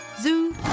Zoo